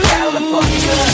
California